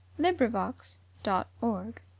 LibriVox.org